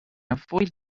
avoid